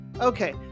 Okay